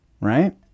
right